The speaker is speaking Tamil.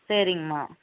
சரிங்மா